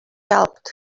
helped